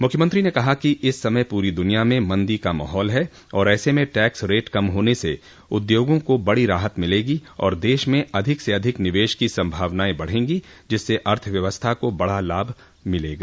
मुख्यमंत्री ने कहा कि इस समय पूरी दुनिया में मंदी का माहौल है और ऐसे में टैक्स रेट कम होने से उद्योगों को बड़ी राहत मिलेगी और देश में अधिक से अधिक निवेश की सम्भावनायें बढ़ेगी जिससे अर्थव्यवस्था को बड़ा लाभ मिलेगा